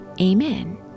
Amen